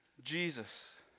Jesus